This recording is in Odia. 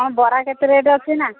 ହଁ ବରା କେତେ ରେଟ୍ ଅଛି ନା